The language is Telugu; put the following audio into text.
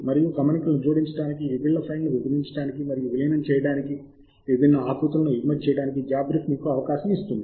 మరియు గమనికలను జోడించడానికి విభిన్న ఫైళ్ళను విభజించటానికి మరియు విలీనం చేయటానికి విభిన్న ఆకృతులను ఎగుమతి చేయటానికి జాబ్రీఫ్ మీకు అవకాశం ఇస్తుంది